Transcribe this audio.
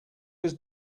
was